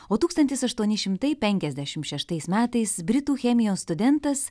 o tūkstantis aštuoni šimtai penkiasdešimt šeštais metais britų chemijos studentas